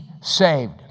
saved